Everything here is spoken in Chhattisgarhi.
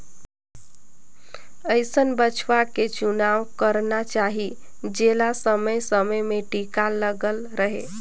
अइसन बछवा के चुनाव करना चाही जेला समे समे में टीका लगल रहें